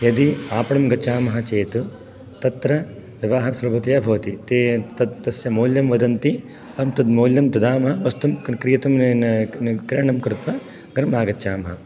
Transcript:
यदि आपणं गच्छामः चेत् तत्र व्यवहारः सुलभतया भवति ते तस्य मौल्यं वदन्ति अहं तत् मौल्यं ददामः वस्तुं क्रीतुं क्रयणं कृत्वा गृहम् आगच्छामः